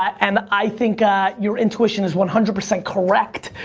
and i think ah your intuition is one hundred percent correct,